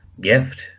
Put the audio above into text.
gift